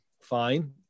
fine